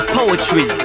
poetry